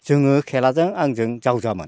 जोङो खेलाजों आंजों जावजामोन